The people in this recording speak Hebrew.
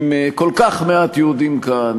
עם כל כך מעט יהודים כאן,